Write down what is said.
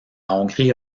hongrie